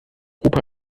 opa